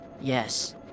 Yes